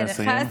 נא לסיים.